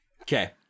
Okay